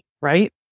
right